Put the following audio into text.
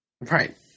Right